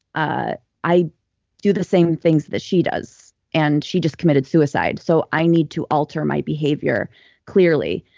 ah i do the same things that she does. and she just committed suicide. so i need to alter my behavior clearly.